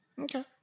Okay